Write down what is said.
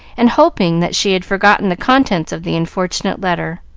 and hoping that she had forgotten the contents of the unfortunate letter.